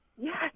Yes